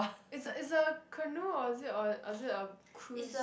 is a is a canoe or is it or or is it a cruise